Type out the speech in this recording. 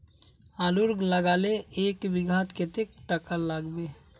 आलूर लगाले एक बिघात कतेक टका लागबे?